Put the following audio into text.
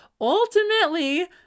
ultimately